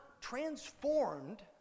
transformed